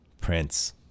Prince